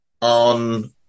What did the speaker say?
on